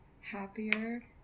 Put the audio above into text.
happier